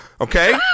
Okay